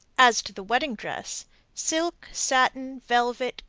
as to the wedding dress silk, satin, velvet,